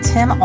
Tim